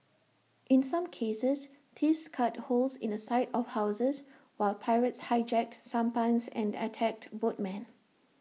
in some cases thieves cut holes in the side of houses while pirates hijacked sampans and attacked boatmen